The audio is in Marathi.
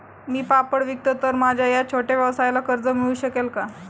मी पापड विकतो तर माझ्या या छोट्या व्यवसायाला कर्ज मिळू शकेल का?